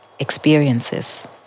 experiences